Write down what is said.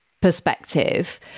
perspective